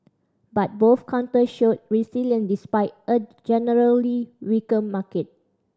but both counters showed resilience despite a generally weaker market